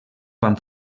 van